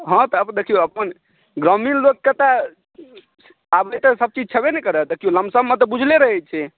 हँ तऽ देखियौ अपन ग्रामीण लोककेँ तऽ आबै तऽ सब चीज छयबे नहि करै तऽ केओ लमसममे तऽ बुझले रहैत छै